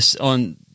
On